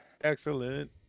Excellent